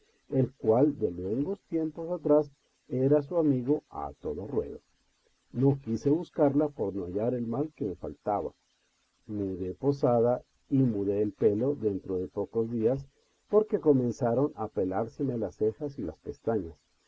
el cual de luengos tiempos atrás era su amigo a todo ruedo no quise buscarla por no hallar el mal que me faltaba mudé posada y mudé el pelo dentro de pocos días porque comenzaron a pelárseme las cejas y las pestañas